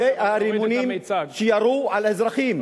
אלה הרימונים שירו על האזרחים.